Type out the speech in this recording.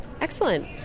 Excellent